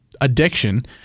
addiction